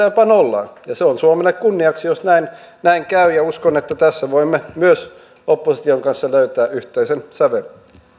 jopa nollaan ja se on suomelle kunniaksi jos näin näin käy ja uskon että tässä voimme myös opposition kanssa löytää yhteisen sävelen